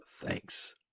thanks